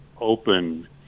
open